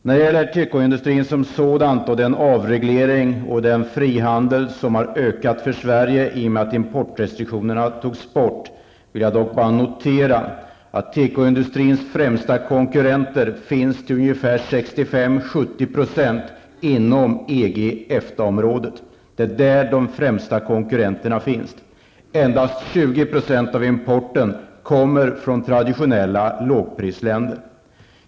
När det gäller tekoindustrin som sådan, den avreglering och den frihandel som har ökat för Sverige i och med att importrestriktionerna togs bort, vill jag bara notera att tekoindustrins främsta konkurrenter finns till ungefär 65--70 % inom EG-- EFTA-området. Endast 20 % av importen kommer från traditionella lågprisländer.